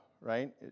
right